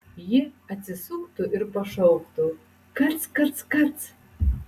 ji atsisuktų ir pašauktų kac kac kac